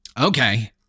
Okay